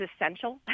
essential